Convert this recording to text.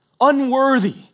unworthy